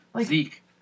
Zeke